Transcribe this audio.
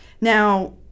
Now